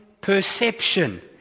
perception